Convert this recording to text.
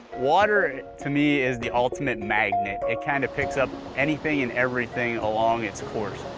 water, to me, is the ultimate magnet. it kind of picks up anything and everything along its course.